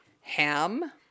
ham